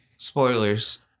spoilers